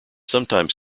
sometimes